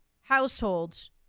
households